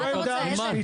למה התנגדנו?